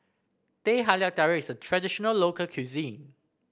Teh Halia Tarik is a traditional local cuisine